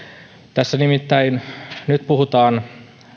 tässä nimittäin nyt puhutaan